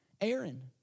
Aaron